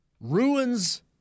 ruins